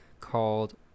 called